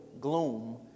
Gloom